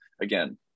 again